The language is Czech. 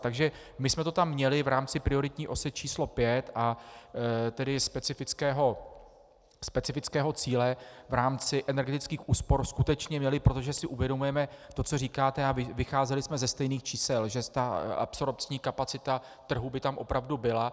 Takže my jsme to tam měli v rámci prioritní osy číslo 5, a tedy specifického cíle v rámci energetických úspor skutečně měli, protože si uvědomujeme to, co říkáte, a vycházeli jsme ze stejných čísel, že ta absorpční kapacita trhu by tam opravdu byla.